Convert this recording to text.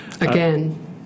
Again